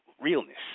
realness